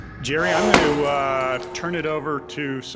jerry, i'm going to turn it over to, so